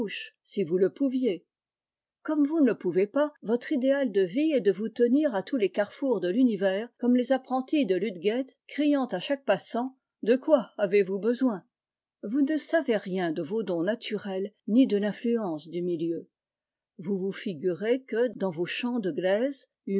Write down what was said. si vous le pouviez i comme vous ne le pouvez pas votre idéal de vie est de vous tenirà tous les carrefours de l'univers comme les apprentis de ludgate criant à chaque passant de quoi avez-vous besoin vous ne savez rien de vos dons naturels ni de l'influence du milieu vous vous figurez que dans vos champs de glaise